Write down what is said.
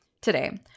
today